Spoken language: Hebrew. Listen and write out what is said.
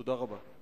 תודה רבה.